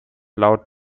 laut